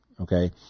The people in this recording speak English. okay